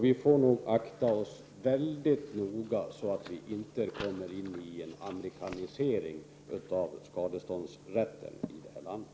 Vi får nog akta oss väldigt noga så att vi inte hamnar i en amerikanisering av skadeståndsrätten i detta land.